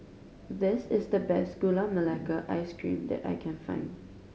this is the best Gula Melaka Ice Cream that I can find